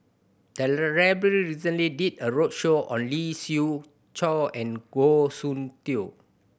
the library recently did a roadshow on Lee Siew Choh and Goh Soon Tioe